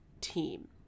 team